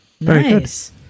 Nice